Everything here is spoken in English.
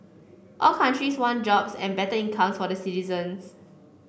all countries want jobs and better incomes for the citizens